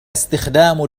استخدام